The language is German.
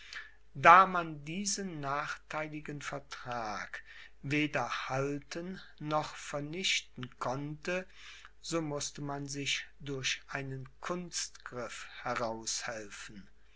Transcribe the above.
da man diesen nachtheiligen vertrag weder halten noch vernichten konnte so mußte man sich durch einen kunstgriff heraushelfen